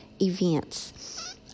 events